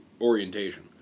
orientation